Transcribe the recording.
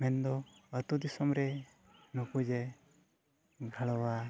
ᱢᱮᱱᱫᱚ ᱟᱹᱛᱩ ᱫᱤᱥᱚᱢ ᱨᱮ ᱱᱩᱠᱩ ᱡᱮ ᱜᱷᱟᱲᱣᱟ